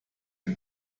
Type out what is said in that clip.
dem